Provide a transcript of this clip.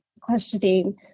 questioning